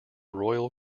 royal